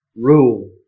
rule